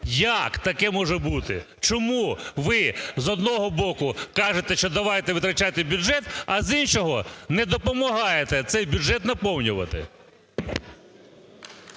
як таке може бути, чому ви, з одного боку, кажете, що давайте витрачати бюджет, а, з іншого, не допомагаєте цей бюджет наповнювати.